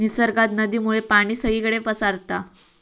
निसर्गात नदीमुळे पाणी सगळीकडे पसारता